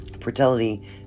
fertility